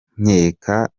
nkeka